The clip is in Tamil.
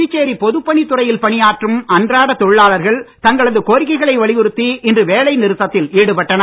புதுச்சேரி பொதுப்பணித் துறையில் பணியாற்றும் அன்றாட தொழிலாளர்கள் தங்களது கோரிக்கைகளை வலியுறுத்தி இன்று வேலைநிறுத்தத்தில் ஈடுபட்டனர்